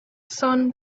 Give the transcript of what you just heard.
sun